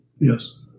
Yes